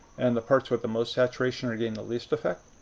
and the parts with the most saturation are getting the least effect.